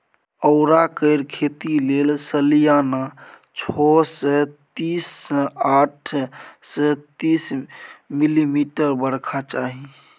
औरा केर खेती लेल सलियाना छअ सय तीस सँ आठ सय तीस मिलीमीटर बरखा चाही